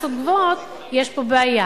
במאסות גדולות, יש פה בעיה.